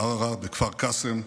בערערה, בכפר קאסם,